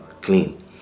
clean